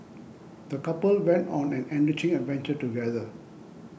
the couple went on an enriching adventure together